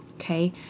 okay